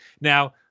now